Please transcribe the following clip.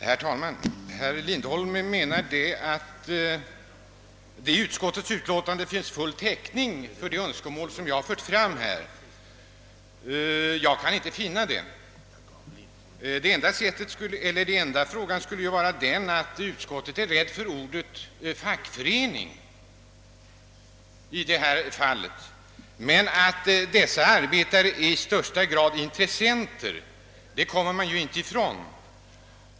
Herr talman! Herr Lindholm menar att det i utskottets utlåtande finns full täckning för det önskemål som jag fört fram. Jag kan inte finna det. Det verkar som om utskottet i detta fall skulle vara rädd för ordet fackförening. Men att dessa arbetare i högsta grad är intressenter kommer man ju inte ifrån.